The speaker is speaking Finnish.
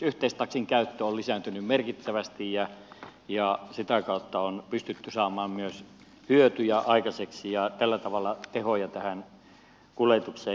yhteistaksin käyttö on lisääntynyt merkittävästi ja sitä kautta on pystytty saamaan myös hyötyjä aikaiseksi ja tällä tavalla tehoja tähän kuljetukseen